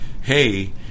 hey